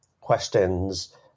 questions